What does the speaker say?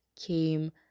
came